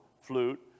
flute